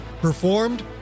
Performed